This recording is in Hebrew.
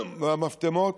מהמפטמות,